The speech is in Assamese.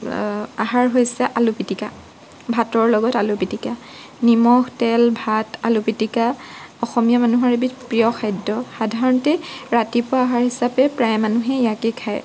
আহাৰ হৈছে আলুপিতিকা ভাতৰ লগত আলুপিতিকা নিমখ তেল ভাত আলুপিতিকা অসমীয়া মানুহৰ এবিধ প্ৰিয় খাদ্য সাধাৰণতে ৰাতিপুৱা আহাৰ হিচাপে প্ৰায় মানুহে ইয়াকে খায়